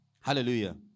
Hallelujah